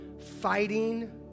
fighting